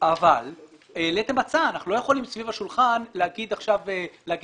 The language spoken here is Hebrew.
אבל העליתם הצעה ואנחנו לא יכולים סביב השולחן הזה לומר עכשיו לא.